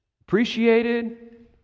appreciated